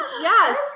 yes